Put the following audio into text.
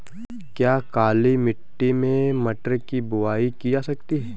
क्या काली मिट्टी में मटर की बुआई की जा सकती है?